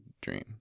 dream